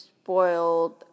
spoiled